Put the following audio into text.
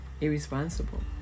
irresponsible